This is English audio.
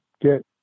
get